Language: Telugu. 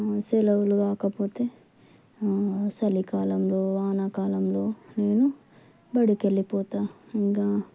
సెలవులు కాకపోతే చలి కాలంలో వానకాలంలో నేను బడికి వెళ్ళి పోతూ ఇంకా